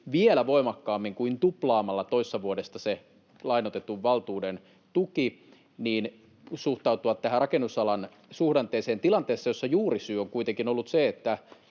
vielä voimakkaammin kuin tuplaamalla toissa vuodesta se lainoitetun valtuuden tuki suhtauduttava tähän rakennusalan suhdanteeseen tilanteessa, jossa juurisyy on kuitenkin ollut se, että